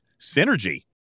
synergy